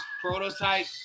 prototype